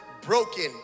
broken